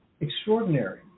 Extraordinary